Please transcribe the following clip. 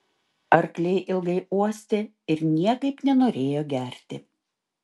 arkliai ilgai uostė ir niekaip nenorėjo gerti